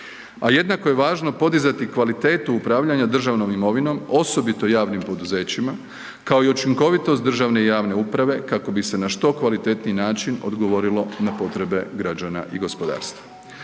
jednako je važno podizati kvalitetu upravljanja državnom imovinom, osobito javnim poduzećima, kao i učinkovitost državne i javne uprave kako bi se na što kvalitetniji način odgovorilo na potrebe građana i gospodarstva.